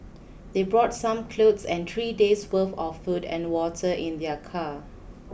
they brought some clothes and three days' worth of food and water in their car